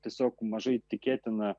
tiesiog mažai tikėtina